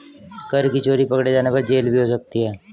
कर की चोरी पकडे़ जाने पर जेल भी हो सकती है